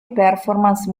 performance